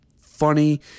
funny